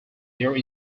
there